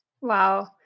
Wow